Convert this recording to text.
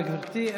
תודה, גברתי.